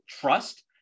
trust